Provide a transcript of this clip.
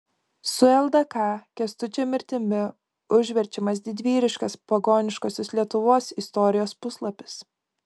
su ldk kęstučio mirtimi užverčiamas didvyriškas pagoniškosios lietuvos istorijos puslapis